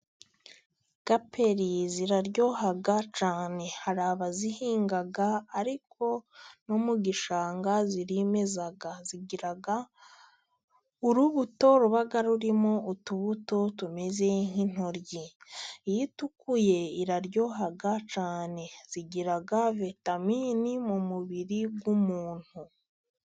Gaperi ziraryoha cyane. Hari abazihinga ariko no mu gishanga zirimeza. Zigira urubuto ruba rurimo utubuto tumeze nk'intoryi. Iyo itukuye iraryoha cyane. zigira vitaminini mu mubiri w'umuntu.